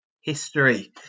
history